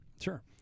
Sure